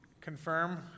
confirm